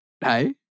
hey